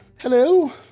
Hello